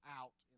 out